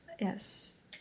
Yes